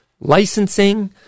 licensing